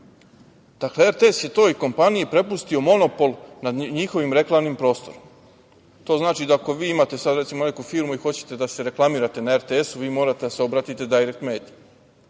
Šolak. Dakle, RTS je toj kompaniji prepustio monopol nad njihovim reklamnim prostorom. To znači da ako vi imate sada, recimo, neku firmu i hoćete da se reklamirate na RTS-u, vi morate da se obratite „Dajrekt mediji“.